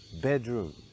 bedroom